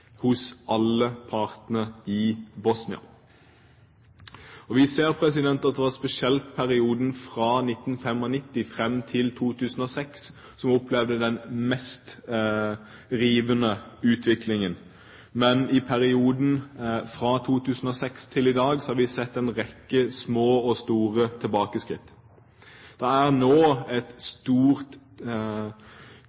hos alle partene i Bosnia. Vi ser at spesielt i perioden fra 1995 fram til 2006 opplevde man den mest rivende utviklingen, men i perioden fra 2006 og til i dag har vi sett en rekke små og store tilbakeskritt. Det er nå et